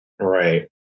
Right